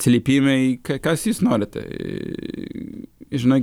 atsiliepimai ką kas jis nori tai žinai